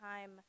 time